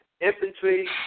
infantry